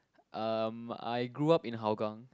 um I grew up in Hougang